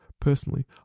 personally